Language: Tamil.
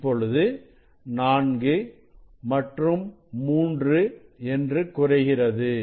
இப்பொழுது 4 மற்றும் 3 என்று குறைகிறது